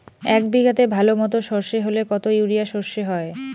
এক বিঘাতে ভালো মতো সর্ষে হলে কত ইউরিয়া সর্ষে হয়?